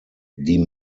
die